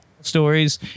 stories